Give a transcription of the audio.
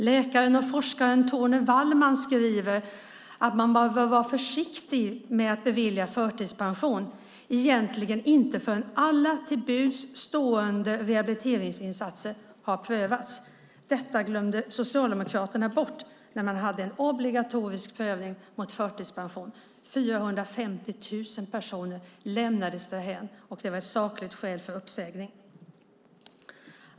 Läkaren och forskaren Thorne Wallman skriver att man behöver vara försiktig med att bevilja förtidspension och egentligen inte göra det förrän alla till buds stående rehabiliteringsinsatser har prövats. Detta glömde Socialdemokraterna bort när man hade en obligatorisk prövning mot förtidspension. 450 000 personer lämnades därhän. Det var ett sakligt skäl för uppsägning.